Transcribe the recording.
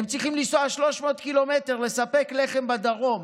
הם צריכים לנסוע 300 ק"מ לספק לחם בדרום,